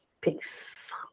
peace